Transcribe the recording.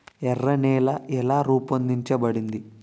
ఎర్ర నేల ఎలా రూపొందించబడింది?